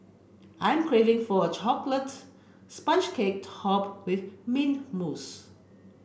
I'm craving for a chocolate sponge cake topped with mint mousse